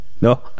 No